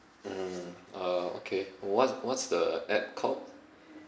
mm uh okay what what's the app called